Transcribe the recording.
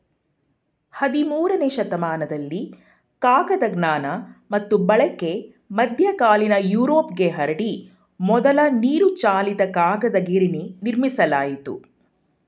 ಹದಿಮೂರನೇ ಶತಮಾನದಲ್ಲಿ ಕಾಗದ ಜ್ಞಾನ ಮತ್ತು ಬಳಕೆ ಮಧ್ಯಕಾಲೀನ ಯುರೋಪ್ಗೆ ಹರಡಿ ಮೊದಲ ನೀರುಚಾಲಿತ ಕಾಗದ ಗಿರಣಿ ನಿರ್ಮಿಸಲಾಯಿತು